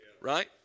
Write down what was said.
right